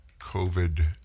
COVID